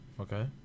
Okay